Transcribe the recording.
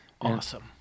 awesome